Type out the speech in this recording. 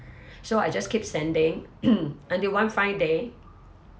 so I just keep sending until one fine day